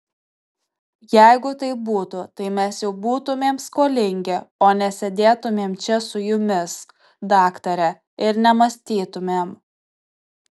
jeigu taip būtų tai mes jau būtumėm skolingi o nesėdėtumėm čia su jumis daktare ir nemąstytumėm